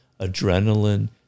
adrenaline